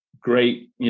great